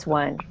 one